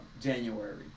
January